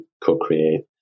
Co-Create